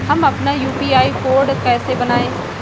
हम अपना UPI code कैसे बनाएँ?